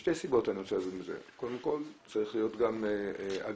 משתי סיבות, קודם כל צריכה להיות הגינות.